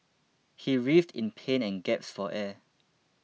he writhed in pain and gasped for air